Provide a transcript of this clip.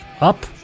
up